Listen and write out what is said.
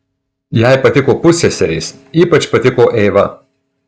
jai patiko pusseserės ypač patiko eiva